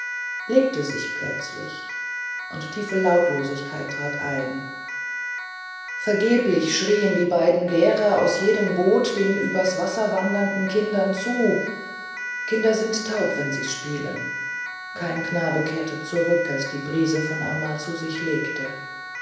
legte sich plötzlich und tiefe lautlosigkeit trat ein vergeblich schrien die beiden lehrer aus jedem boot den übers wasser wandernden kindern zu kinder sind taub wenn sie spielen kein knabe kehrte zurück als die brise von amazu sich legte